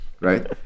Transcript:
Right